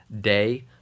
day